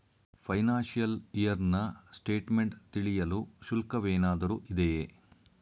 Financial year ನ statement ತಿಳಿಯಲು ಶುಲ್ಕವೇನಾದರೂ ಇದೆಯೇ?